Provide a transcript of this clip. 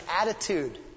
attitude